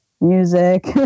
music